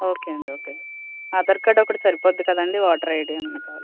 okay అండి okay Aadhaar card ఒకటి సరిపోతుంది కదండి ఓటర్ ఐడీ ఏమైనా కావాలా